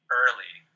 early